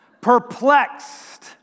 perplexed